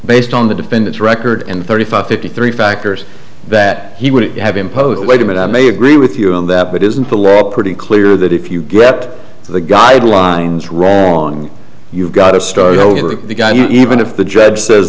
based on the defendant's record and thirty five fifty three factors that he would have imposed wait a minute i may agree with you on that but isn't the law pretty clear that if you get the guidelines wrong you've got a story over the guy even if the judge says